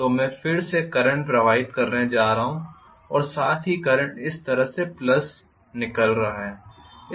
तो मैं इस तरह से करंट प्रवाहित करने जा रहा हूं और साथ ही करंट इस तरह से प्लस निकल रहा है